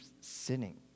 sinning